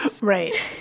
right